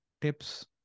tips